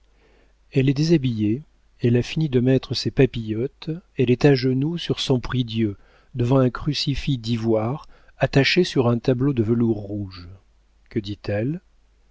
elle est déshabillée elle a fini de mettre ses papillotes elle est à genoux sur son prie-dieu devant un crucifix d'ivoire attaché sur un tableau de velours rouge que dit-elle